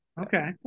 Okay